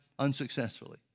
unsuccessfully